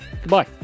Goodbye